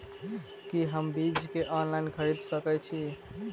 की हम बीज केँ ऑनलाइन खरीदै सकैत छी?